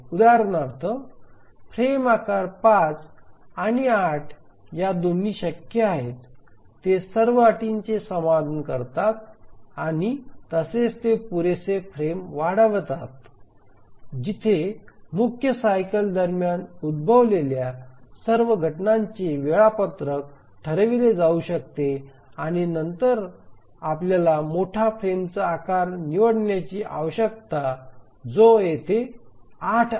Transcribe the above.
उदाहरणार्थ फ्रेम आकार ५ आणि ८ या दोन्ही शक्य आहेत ते सर्व अटींचे समाधान करतात आणि तसेच ते पुरेसे फ्रेम वाढवतात जिथे मुख्य सायकल दरम्यान उद्भवलेल्या सर्व घटनांचे वेळापत्रक ठरविले जाऊ शकते नंतर आपल्याला मोठा फ्रेमचा आकार निवडण्याची आवश्यकता जो येथे ८ आहे